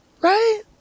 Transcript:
Right